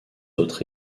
autres